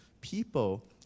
people